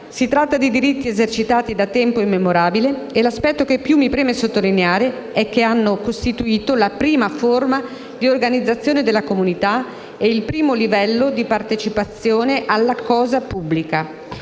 Si tratta di diritti esercitati da tempo immemorabile e l'aspetto che più mi preme sottolineare è che hanno costituito la prima forma di organizzazione delle comunità e il primo livello di partecipazione alla cosa pubblica.